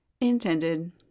intended